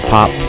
Pop